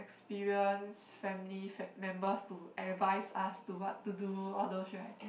experienced family friend members to advise us to what to do all those right